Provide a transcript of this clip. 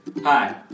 Hi